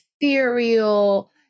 ethereal